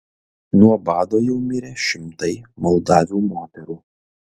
nuo bado jau mirė šimtai moldavių moterų